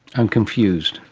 i'm confused.